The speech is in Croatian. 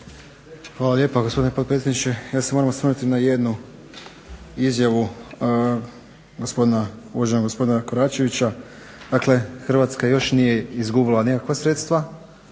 Hvala lijepa, gospodine potpredsjedniče. Ja se moram osvrnuti na jednu izjavu uvaženog gospodina Koračevića. Dakle, Hrvatska još nije izgubila nikakva sredstva